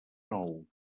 nou